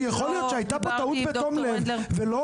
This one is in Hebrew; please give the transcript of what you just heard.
יכול להיות שהייתה פה טעות בתום לב ולא